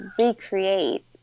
recreate